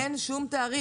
אין שום תאריך.